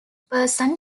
person